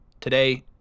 Today